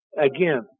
Again